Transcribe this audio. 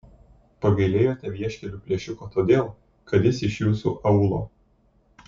pagailėjote vieškelių plėšiko todėl kad jis iš jūsų aūlo